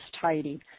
tidy